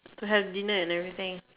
to have dinner and everything